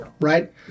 right